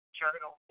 journal